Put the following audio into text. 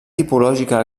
tipològica